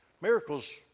miracles